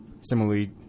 similarly